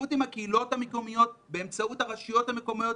שותפות עם הקהילות המקומיות באמצעות הרשויות המקומיות.